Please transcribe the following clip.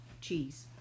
Cheese